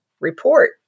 report